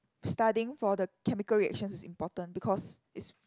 studying for the chemical reactions is important because it's